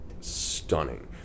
stunning